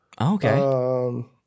Okay